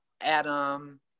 Adam